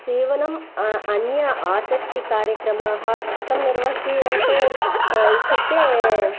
सीवनम् अन्य आसक्तिकार्यक्रमाः कथं निर्वसीयन्ते इत्युक्ते